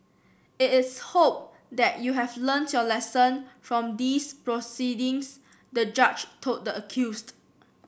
it is hope that you have learnt your lesson from these proceedings the judge told the accused